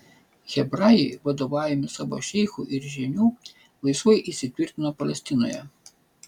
hebrajai vadovaujami savo šeichų ir žynių laisvai įsitvirtino palestinoje